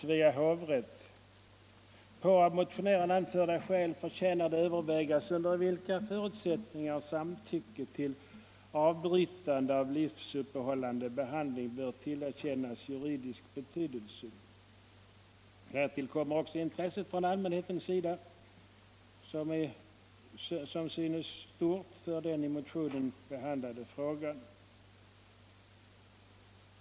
Svea hovrätt yttrade: På av motionären anförda skäl förtjänar det övervägas under vilka förutsättningar samtycke till avbrytande av livsuppehållande behandling bör tillerkännas juridisk betydelse. Härtill kommer att intresset från allmänhetens sida synes stort för den i motionen behandlade frågan.